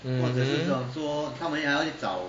mmhmm